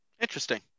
Interesting